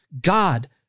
God